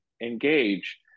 engage